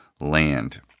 land